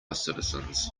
citizens